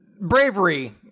bravery